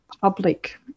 public